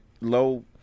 Low